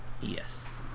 Yes